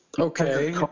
okay